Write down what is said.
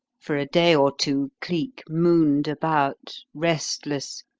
for a day or two, cleek mooned about restless,